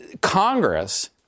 Congress